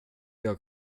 jag